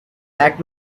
act